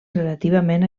relativament